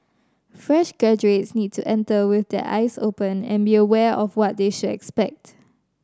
fresh graduates need to enter with their eyes open and be aware of what they should expect